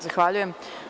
Zahvaljujem.